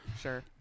Sure